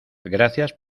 gracias